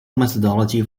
methodology